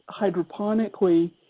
hydroponically